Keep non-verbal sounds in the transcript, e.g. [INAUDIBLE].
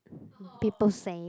[BREATH] people say